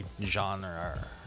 genre